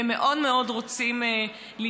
והם מאוד מאוד רוצים ללמוד.